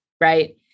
right